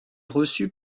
reçu